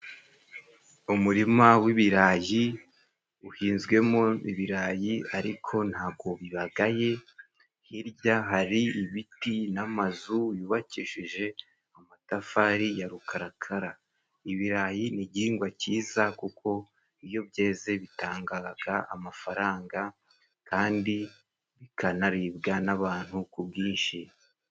Umurima w'ibirayi uhinzwemo ibirayi ariko ntabwo bigaye, hirya hari ibiti n'amazu yubakishije amatafari ya rukarakara. Ibirayi ni igihingwa cyiza kuko iyo byeze bitangaga amafaranga kandi bikanaribwa n'abantu ku bwinshi.